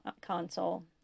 console